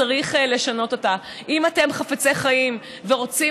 צריך לשנות אותה אם אתם חפצי חיים ורוצים